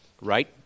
right